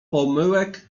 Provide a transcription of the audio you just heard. pomyłek